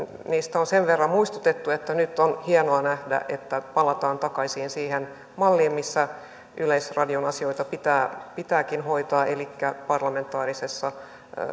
niistä on sen verran muistutettu että nyt on hienoa nähdä että palataan takaisin siihen malliin missä yleisradion asioita pitääkin hoitaa elikkä parlamentaarisessa